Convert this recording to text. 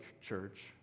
church